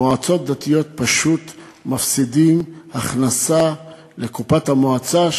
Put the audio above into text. מועצות דתיות שפשוט מפסידות הכנסה לקופת המועצה,